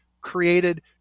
created